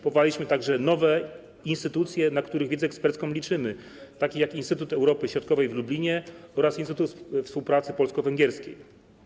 Powołaliśmy także nowe instytucje, na których wiedzę ekspercką liczymy, takie jak Instytut Europy Środkowej w Lublinie oraz Instytut Współpracy Polsko-Węgierskiej.